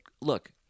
look